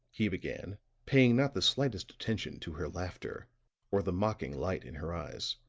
he began, paying not the slightest attention to her laughter or the mocking light in her eyes,